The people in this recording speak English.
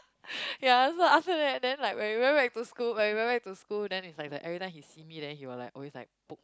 ya so after that then like when we went back to school when we went back to school then it's like the every time he see me then he will always like poke